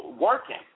working